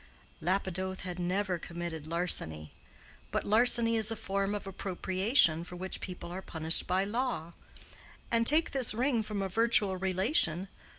lapidoth had never committed larceny but larceny is a form of appropriation for which people are punished by law and, take this ring from a virtual relation,